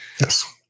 Yes